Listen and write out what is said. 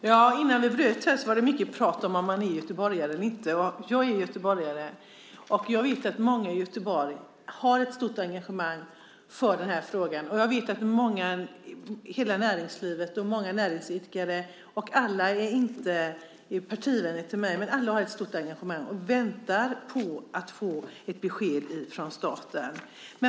Fru talman! Före ajourneringen var det mycket prat om ifall man är göteborgare eller inte. Jag är göteborgare och jag vet att många i Göteborg har ett stort engagemang för denna fråga. Jag vet att hela näringslivet och många näringsidkare - alla är inte partivänner till mig - har ett stort engagemang och väntar på att få ett besked från staten.